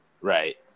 Right